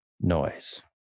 noise